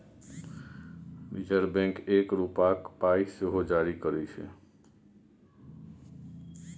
reserve bank एक रुपाक पाइ सेहो जारी करय छै